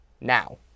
Now